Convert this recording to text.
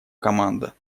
команда